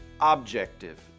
objective